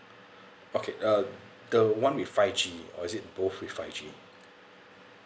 okay uh the one with five G or is it both with five G